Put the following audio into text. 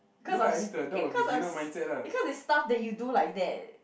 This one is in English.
cause of it's because of it's because of stuff that you do like that